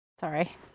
Sorry